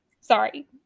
Sorry